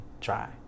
try